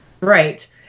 right